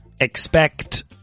expect